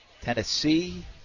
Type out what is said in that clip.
Tennessee